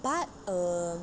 but err